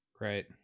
right